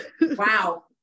Wow